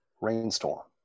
rainstorm